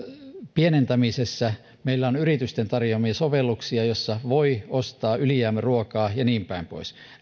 pienentämisessä meillä on yritysten tarjoamia sovelluksia joilla voi ostaa ylijäämäruokaa ja niin päin pois